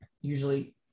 usually